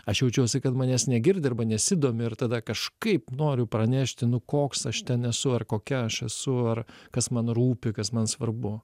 aš jaučiuosi kad manęs negirdi arba nesidomi ir tada kažkaip noriu pranešti nu koks aš nesu ar kokia aš esu ar kas man rūpi kas man svarbu